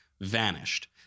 vanished